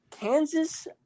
Kansas